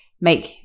make